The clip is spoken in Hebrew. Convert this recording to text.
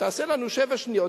תעשה לנו שבע שניות,